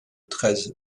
treize